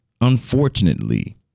unfortunately